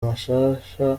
mashasha